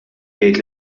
jgħid